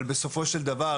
אבל בסופו של דבר,